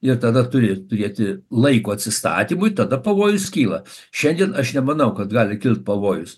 ir tada turi turėti laiko atsistatymui tada pavojus kyla šiandien aš nemanau kad gali kilt pavojus